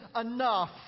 enough